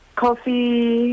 coffee